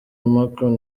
macron